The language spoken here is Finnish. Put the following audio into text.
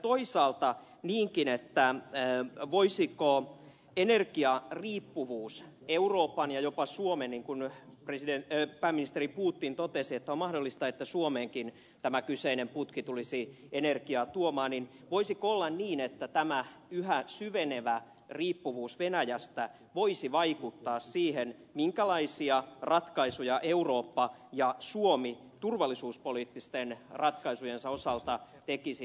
toisaalta voisiko energiariippuvuus euroopassa ja jopa suomessa niin kuin pääministeri putin totesi on mahdollista että suomeenkin tämä kyseinen putki tulisi energiaa tuomaan voisiko olla niin että tämä yhä syvenevä riippuvuus venäjästä voisi vaikuttaa siihen minkälaisia ratkaisuja eurooppa ja suomi turvallisuuspoliittisten ratkaisujensa osalta tekisi tai voisi tehdä